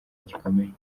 gikomeye